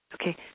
okay